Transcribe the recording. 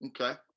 Okay